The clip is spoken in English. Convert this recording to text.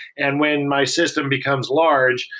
and when my system becomes large,